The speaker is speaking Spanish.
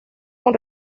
con